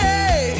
Hey